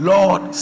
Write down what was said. Lord